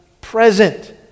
present